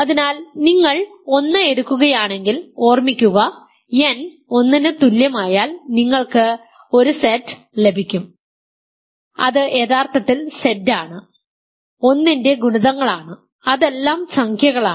അതിനാൽ നിങ്ങൾ 1 എടുക്കുകയാണെങ്കിൽ ഓർമിക്കുക n 1 ന് തുല്യമായാൽ നിങ്ങൾക്ക് 1Z ലഭിക്കും അത് യഥാർത്ഥത്തിൽ Z ആണ് 1 ന്റെ ഗുണിതങ്ങളാണ് അതെല്ലാം സംഖ്യകളാണ്